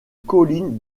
colline